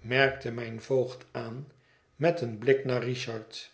merkte mijn voogd aan met een blik naar richard